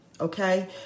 Okay